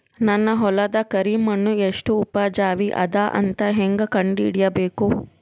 ನನ್ನ ಹೊಲದ ಕರಿ ಮಣ್ಣು ಎಷ್ಟು ಉಪಜಾವಿ ಅದ ಅಂತ ಹೇಂಗ ಕಂಡ ಹಿಡಿಬೇಕು?